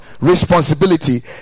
responsibility